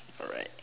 alright